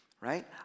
right